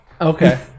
Okay